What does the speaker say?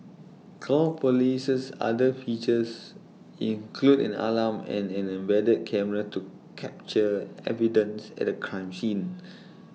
call police's other features include an alarm and an embedded camera to capture evidence at A crime scene